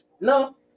No